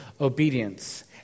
obedience